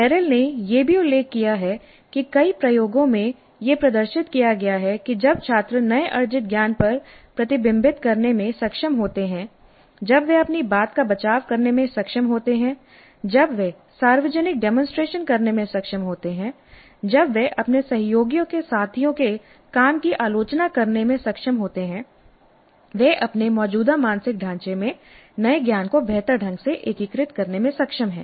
Merrill ने यह भी उल्लेख किया है कि कई प्रयोगों में यह प्रदर्शित किया गया है कि जब छात्र नए अर्जित ज्ञान पर प्रतिबिंबित करने में सक्षम होते हैं जब वे अपनी बात का बचाव करने में सक्षम होते हैं जब वे सार्वजनिक डेमोंसट्रेशन करने में सक्षम होते हैं जब वे अपने सहयोगियों के साथियों के काम की आलोचना करने में सक्षम होते हैं वे अपने मौजूदा मानसिक ढांचे में नए ज्ञान को बेहतर ढंग से एकीकृत करने में सक्षम हैं